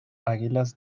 águilas